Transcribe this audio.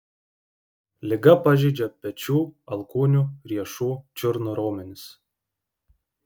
liga pažeidžia pečių alkūnių riešų čiurnų raumenis